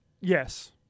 Yes